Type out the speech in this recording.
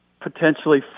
potentially